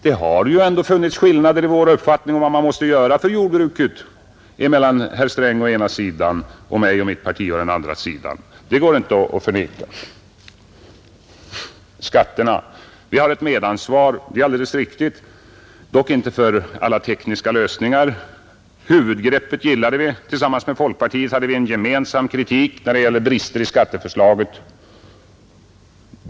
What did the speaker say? Det har ju ändå funnits skillnader i uppfattningen om vad man måste göra för jordbruket mellan herr Sträng å ena sidan och mig och mitt parti å den andra sidan. Det går inte att förneka. Nr 98 Skatterna! Vi har ett medansvar, det är alldeles riktigt, dock inte för Torsdagen den alla tekniska lösningar. Huvudgreppet gillade vi. Vårt parti och folkpar 27 maj 1971 tiet hade en gemensam kritik beträffande brister i skatteförslaget.